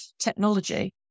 technology